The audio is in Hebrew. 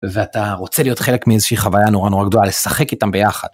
ואתה רוצה להיות חלק מאיזושהי חוויה נורא נורא גדולה, לשחק איתם ביחד.